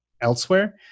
elsewhere